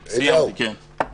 סיימתי, כן.